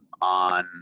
on